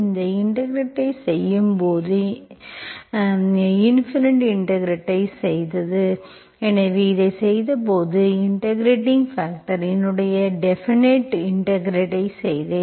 இந்த இன்டெகிரெட்ஐ செய்யும்போது இன்டெபினிட் இன்டெகிரெட்ஐச் செய்தேன் எனவே இதைச் செய்தபோது இன்டெகிரெட்பாக்டர் இன் டெபினிட் இன்டெகிரெட்ஐச் செய்தேன்